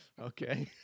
Okay